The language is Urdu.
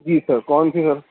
جی سر کون سی ہیں